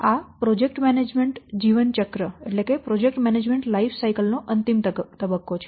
આ project management જીવનચક્ર નો અંતિમ તબક્કો છે